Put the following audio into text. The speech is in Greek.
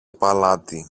παλάτι